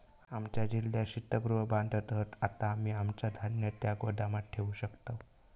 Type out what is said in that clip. आमच्या जिल्ह्यात शीतगृह बांधत हत, आता आम्ही आमचा धान्य त्या गोदामात ठेवू शकतव